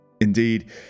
Indeed